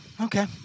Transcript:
Okay